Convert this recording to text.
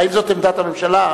האם זאת עמדת הממשלה?